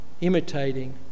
imitating